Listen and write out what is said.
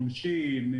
עונשים,